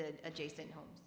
the adjacent home